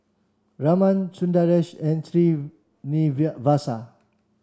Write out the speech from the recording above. Raman Sundaresh and